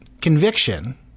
conviction